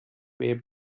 way